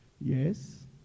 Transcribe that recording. Yes